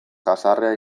jazarria